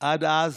עד אז